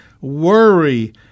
worry